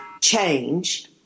change